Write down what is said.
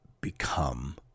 become